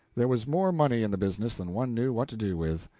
there was more money in the business than one knew what to do with.